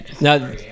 Now